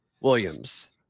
Williams